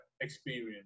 experience